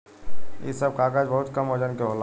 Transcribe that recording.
इ सब कागज बहुत कम वजन के होला